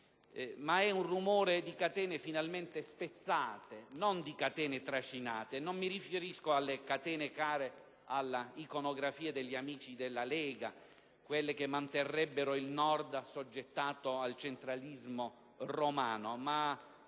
ma è rumore di catene finalmente spezzate, non trascinate. E non mi riferisco alle catene care all'iconografia degli amici della Lega, quelle che manterrebbero il Nord assoggettato al centralismo romano,